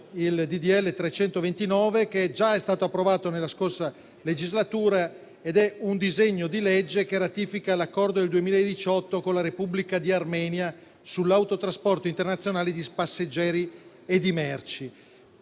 n. 329, che è già stato approvato nella scorsa legislatura, recante la ratifica dell'Accordo del 2018 con la Repubblica di Armenia sull'autotrasporto internazionale di passeggeri e di merci.